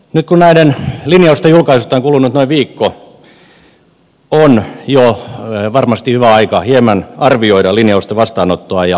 nyt kun näiden linjausten julkaisusta on kulunut noin viikko on jo varmasti hyvä aika hieman arvioida linjausten vastaanottoa ja käytyä keskustelua